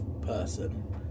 person